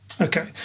okay